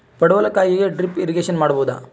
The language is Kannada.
ಪಡವಲಕಾಯಿಗೆ ಡ್ರಿಪ್ ಇರಿಗೇಶನ್ ಮಾಡಬೋದ?